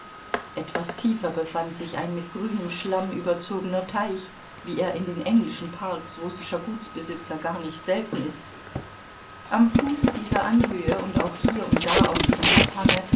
etwas tiefer befand sich ein mit grünem schlamm überzogener teich wie er in den englischen parks russischer gutsbesitzer gar nicht selten ist am fuße dieser anhöhe und auch hier und da auf ihrem abhange